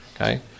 Okay